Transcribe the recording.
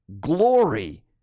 glory